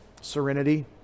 Serenity